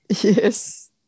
Yes